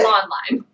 online